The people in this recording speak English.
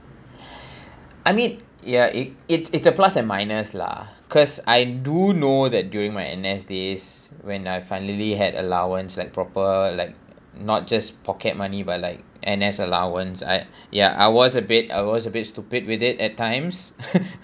I mean ya it it it's a plus and minus lah cause I do know that during my N_S days when I finally had allowance like proper like not just pocket money but like N_S allowance I ya I was a bit I was a bit stupid with it at times